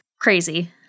crazy